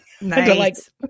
Nice